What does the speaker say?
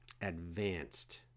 advanced